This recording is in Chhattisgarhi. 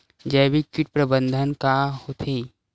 जैविक कीट प्रबंधन का होथे?